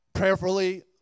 Prayerfully